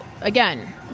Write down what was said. again